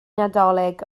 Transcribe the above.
nadolig